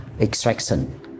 extraction